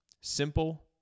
simple